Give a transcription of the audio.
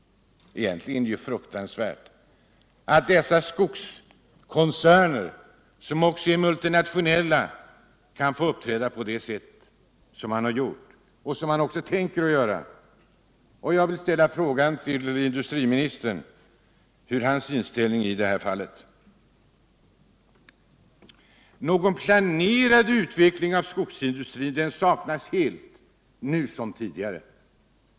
Egentligen är det fruktansvärt att dessa skogskoncerner, som också är multinationella, kan få uppträda på det sätt de har gjort och tänker göra. Jag vill fråga industriministern vilken inställning han har i det här fallet. En planerad utveckling av skogsindustrin saknas nu som tidigare.